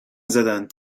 زدن